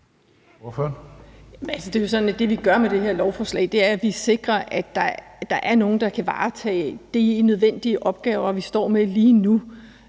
(V): Det, vi gør med det her lovforslag, er, at vi sikrer, at der er nogen, der kan varetage de nødvendige opgaver, vi står med lige nu,